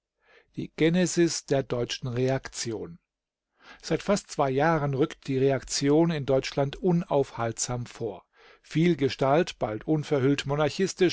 die genesis der deutschen reaktion seit fast zwei jahren rückt die reaktion deutschland unaufhaltsam vor vielgestalt bald unverhüllt